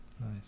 Nice